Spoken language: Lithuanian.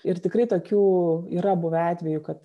ir tikrai tokių yra buvę atvejų kad